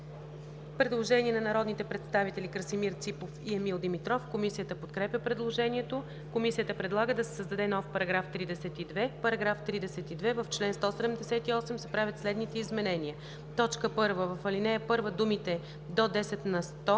Предложение на народните представители Красимир Ципов и Емил Димитров. Комисията подкрепя предложението. Комисията предлага да се създаде нов § 32: „§ 32. В чл. 178 се правят следните изменения: 1. В ал. 1 думите „до 10 на сто